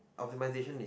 optimization is